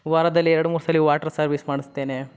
ವಾರದಲ್ಲಿ ಎರಡು ಮೂರು ಸಲ ವಾಟ್ರ್ ಸರ್ವೀಸ್ ಮಾಡಿಸ್ತೇನೆ